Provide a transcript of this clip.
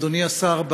אדוני השר,